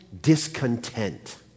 discontent